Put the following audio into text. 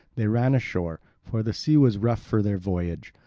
they ran ashore, for the sea was rough for their voyage.